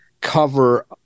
cover